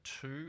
two